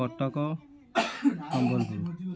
Cuttack Sambalpur